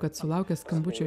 kad sulaukęs skambučio